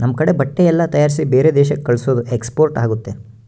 ನಮ್ ಕಡೆ ಬಟ್ಟೆ ಎಲ್ಲ ತಯಾರಿಸಿ ಬೇರೆ ದೇಶಕ್ಕೆ ಕಲ್ಸೋದು ಎಕ್ಸ್ಪೋರ್ಟ್ ಆಗುತ್ತೆ